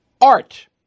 art